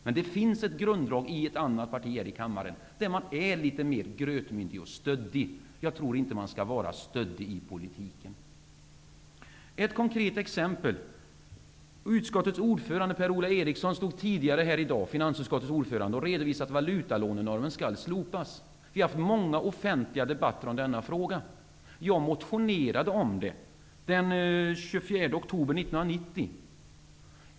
Det finns emellertid ett grunddrag i ett annat parti här i kammaren, där man är litet mer grötmyndig och stöddig. Jag tror inte att man skall vara stöddig i politiken. Jag skall ge ett konkret exempel. Finansutskottets ordförande Per-Ola Eriksson stod tidigare här i dag och redovisade att valutalånenormen skall slopas. Vi har haft många offentliga debatter om denna fråga. Jag motionerade om den den 24 oktober 1990.